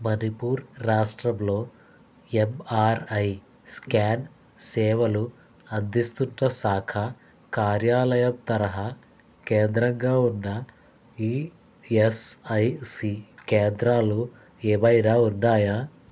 మణిపూర్ రాష్ట్రంలో MRI scan సేవలు అందిస్తున్న శాఖా కార్యాలయం తరహా కేంద్రంగా ఉన్న ఈఎస్ఐసి కేంద్రాలు ఏమైనా ఉన్నాయా